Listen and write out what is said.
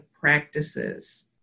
practices